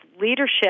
leadership